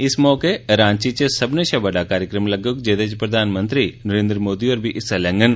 इस मौके रांची च सब्बनै षा बड्डा कार्यक्रम लग्गुग जेहदे च प्रधानमंत्री नरेंद्र मोदी होर बी हिस्सा लैंगन